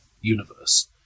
universe